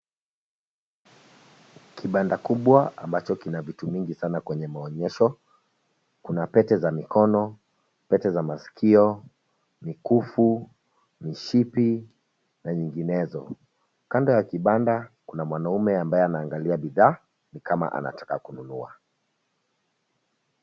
Kibanda kubwa ambacho kina vitu mingi sana kwenye maonyesho. Kuna pete za mikono, pete za masikio, mikufu, mishipi na nyinginezo. Kando ya kibanda kuna mwanaume ambaye anaangalia bidhaa ni kama anataka kununua.